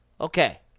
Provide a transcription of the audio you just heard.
Okay